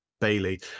Bailey